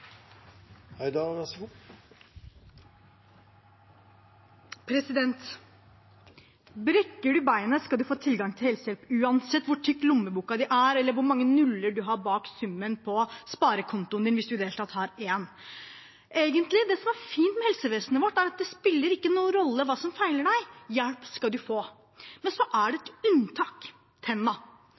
eller hvor mange nuller det er bak summen på sparekontoen din, hvis du i det hele tatt har en. Det som er fint med helsevesenet vårt, er at det spiller ingen rolle hva som feiler deg, hjelp skal du få. Men så er det ett unntak: